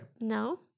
No